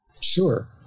Sure